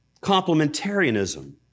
complementarianism